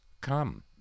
come